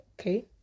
okay